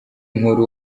nkuru